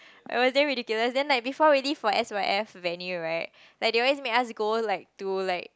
it was damn ridiculous then like before we leave for s_y_f venue they always make us go like to like